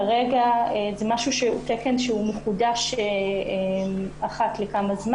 כרגע זה תקן שהוא מחודש אחת לזמן מה.